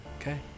okay